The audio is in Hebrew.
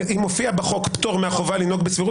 אם מופיע בחוק פטור מהחובה לנהוג בסבירות